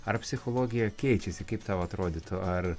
ar psichologija keičiasi kaip tau atrodytų ar